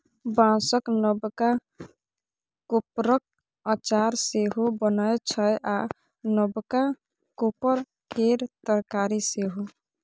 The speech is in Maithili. बाँसक नबका कोपरक अचार सेहो बनै छै आ नबका कोपर केर तरकारी सेहो